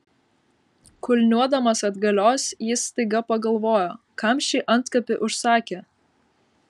kulniuodamas atgalios jis staiga pagalvojo kam šį antkapį užsakė